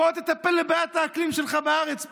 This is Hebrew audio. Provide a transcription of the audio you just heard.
בוא תטפל בבעיית האקלים שלך בארץ פה.